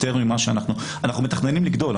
אנחנו מתכננים לגדול,